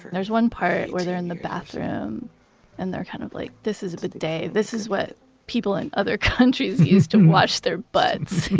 there's one part where they're in the bathroom and they're kind of like, this is a big day, this is what people in other countries used to wash their butts.